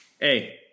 Hey